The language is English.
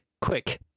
Quick